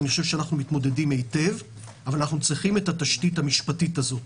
אנחנו מתמודדים היטב אבל אנחנו צריכים את התשתית המשפטית הזו.